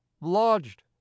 lodged